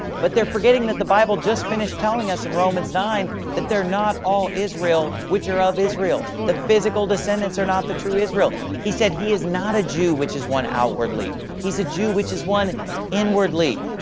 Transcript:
but they are forgetting that the bible just finished telling us in romans nine that they are not all israel which are of israel. the physical descendants are not the true israel! he said, he is not a jew which is one outwardly. he is a jew which is one inwardly.